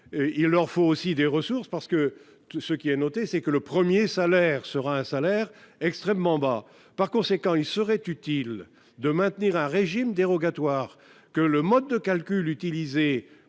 il leur faut aussi des ressources parce que tout ce qui est à noter, c'est que le 1er salaire sera un salaire extrêmement bas, par conséquent, il serait utile de maintenir un régime dérogatoire que le mode de calcul utilisées